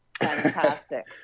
Fantastic